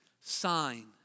sign